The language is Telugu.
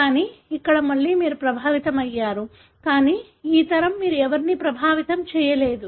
కానీ ఇక్కడ మళ్లీ మీరు ప్రభావితమయ్యారు కానీ ఈ తరం మీరు ఎవరినీ ప్రభావితం చేయలేదు